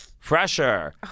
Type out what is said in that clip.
Fresher